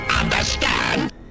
understand